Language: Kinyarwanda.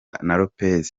lopez